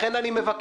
לכן אני מבקש